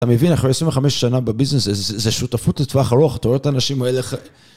אתה מבין, אחרי 25 שנה בביזנס, זו שותפות לטווח ארוך, אתה רואה את האנשים האלה